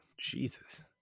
Jesus